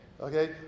Okay